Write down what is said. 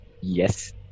Yes